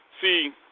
see